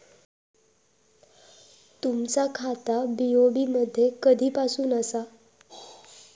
तुमचा खाता बी.ओ.बी मध्ये कधीपासून आसा?